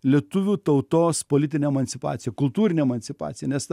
lietuvių tautos politinę emancipaciją kultūrinę emancipaciją nes ta